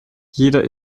jeder